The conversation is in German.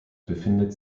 befindet